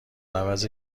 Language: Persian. عوض